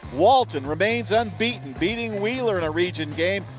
walton, remains unbeaten, beating wheeler in a region game,